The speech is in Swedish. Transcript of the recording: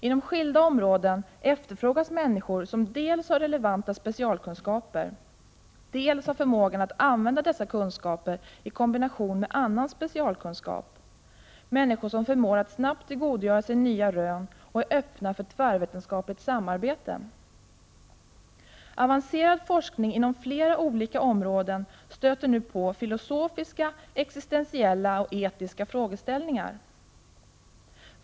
Inom skilda områden efterfrågas människor som dels har relevanta specialkunskaper, dels har förmågan att använda dessa kunskaper i kombination med annan specialkunskap, människor som förmår att snabbt tillgodogöra sig nya rön och är öppna för tvärvetenskapligt samarbete. Avancerad forskning inom flera olika områden stöter nu på filosofiska, existentiella och etiska frågeställningar.